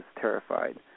terrified